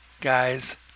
Guys